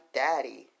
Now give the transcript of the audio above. daddy